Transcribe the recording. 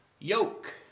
yoke